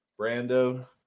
Brando